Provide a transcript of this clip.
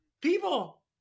people